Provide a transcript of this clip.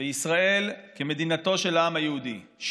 בישראל כמדינתו של העם היהודי,